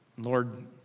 Lord